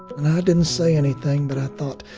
and i didn't say anything, but i thought,